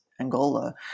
Angola